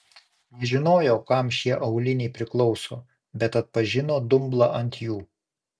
nežinojo kam šie auliniai priklauso bet atpažino dumblą ant jų